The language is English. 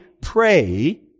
pray